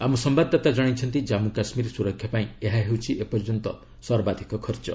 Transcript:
ଆମ ସମ୍ୟାଦଦାତା ଜଣାଇଛନ୍ତି ଜାନ୍ମୁ କାଶ୍ମୀର ସୁରକ୍ଷା ପାଇଁ ଏହା ହେଉଛି ଏପର୍ଯ୍ୟନ୍ତ ସର୍ବାଧିକ ଖର୍ଚ୍ଚ